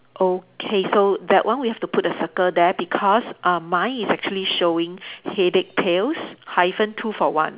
okay so that one we have to put a circle there because uh mine is actually showing headache pills hyphen two for one